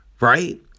right